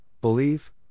believe